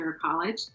college